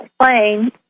plane